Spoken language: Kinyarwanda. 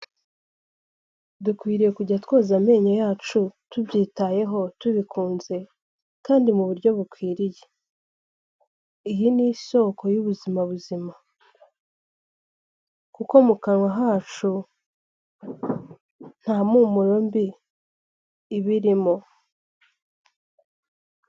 Dukwiye kujya twoza amenyo yacu tubyitayeho tubikunze kandi mu buryo bukwiriye, iyi ni isoko y'ubuzima buzima kuko mu kanwa kacu nta mpumuro mbi iba irimo.